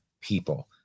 people